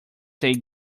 say